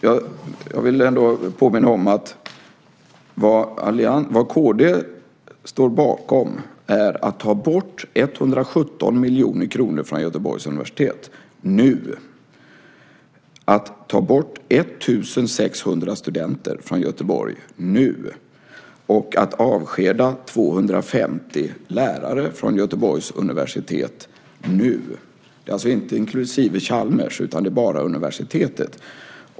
Jag vill ändå påminna om att vad kd står bakom är att man ska ta bort 117 miljoner kronor från Göteborgs universitet nu , att man ska ta bort 1 600 studenter från Göteborg nu och att man ska avskeda 250 lärare från Göteborgs universitet nu . Det är alltså inte inklusive Chalmers, utan det är bara universitetet.